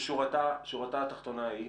--- שורתה התחתונה היא?